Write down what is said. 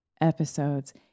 episodes